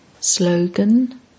Slogan